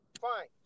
Fine